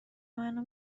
منو